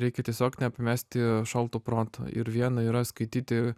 reikia tiesiog nepamesti šalto proto ir viena yra skaityti